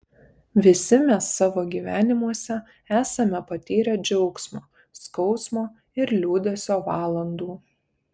visi mes savo gyvenimuose esame patyrę džiaugsmo skausmo ir liūdesio valandų